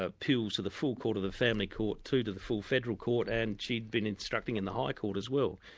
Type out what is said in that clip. ah appeals to the full court of the family court, two to the full federal court and she'd been instructing in the high court as well.